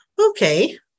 Okay